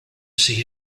see